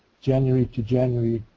january to january,